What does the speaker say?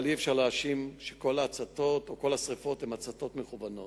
אבל אי-אפשר להאשים שכל ההצתות או כל השרפות הן הצתות מכוונות.